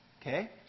Okay